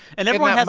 and everyone has,